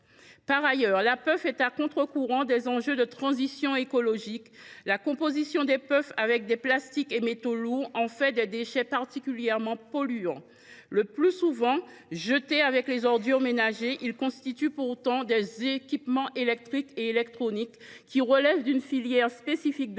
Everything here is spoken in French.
Deuxièmement, la puff est à contre courant des enjeux de transition écologique. La composition des puffs, fabriquées avec des plastiques et métaux lourds, en fait des déchets particulièrement polluants. Bien qu’ils soient le plus souvent jetés avec les ordures ménagères, ils constituent des équipements électriques et électroniques, qui relèvent d’une filière spécifique de